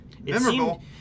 memorable